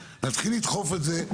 נתחיל לדחוף את זה,